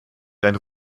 dein